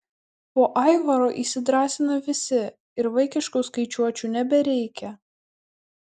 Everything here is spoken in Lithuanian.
po aivaro įsidrąsina visi ir vaikiškų skaičiuočių nebereikia